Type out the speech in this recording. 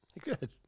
Good